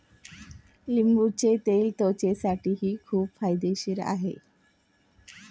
लिंबाचे तेल त्वचेसाठीही खूप फायदेशीर आहे